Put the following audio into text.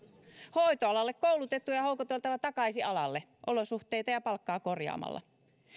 hoitoalalle koulutettuja on houkuteltava takaisin alalle olosuhteita ja palkkaa korjaamalla